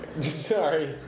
Sorry